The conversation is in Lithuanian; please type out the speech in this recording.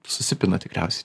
susipina tikriausiai